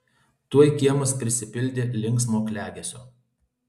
tuoj kiemas prisipildė linksmo klegesio